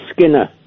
Skinner